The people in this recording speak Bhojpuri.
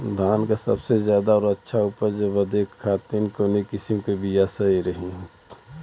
धान क सबसे ज्यादा और अच्छा उपज बदे कवन किसीम क बिया सही रही?